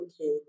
okay